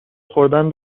خوردن